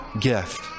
gift